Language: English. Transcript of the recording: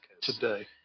Today